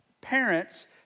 Parents